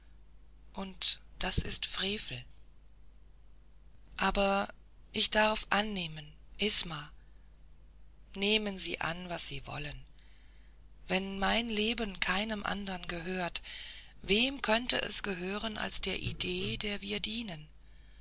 und das ist frevel aber ich darf annehmen isma nehmen sie an was sie wollen wenn mein leben keinem andern gehört wem könnte es gehören als der idee der wir dienen